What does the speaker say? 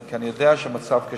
כי אני יודע שהמצב קשה,